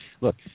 Look